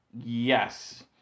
Yes